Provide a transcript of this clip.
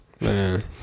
Man